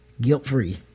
Guilt-free